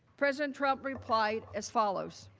president trump replied as follows.